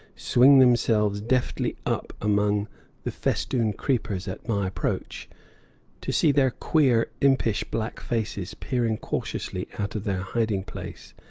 swing themselves deftly up among the festooned creepers at my approach to see their queer, impish black faces peering cautiously out of their hiding-place,